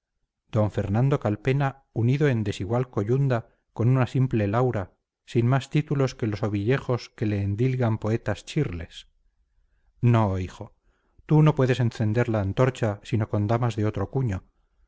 d fernando calpena unido en desigual coyunda con una simple laura sin más títulos que los ovillejos que le endilgan poetas chirles no hijo tú no puedes encender la antorcha sino con damas de otro cuño